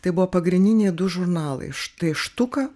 tai buvo pagrindiniai du žurnalai štai štuka